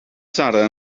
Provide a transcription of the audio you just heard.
sara